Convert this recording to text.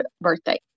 birthday